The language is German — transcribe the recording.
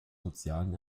sozialen